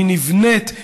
היא נבנית,